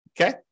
Okay